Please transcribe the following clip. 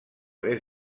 des